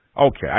Okay